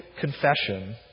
confession